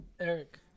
Eric